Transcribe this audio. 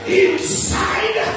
inside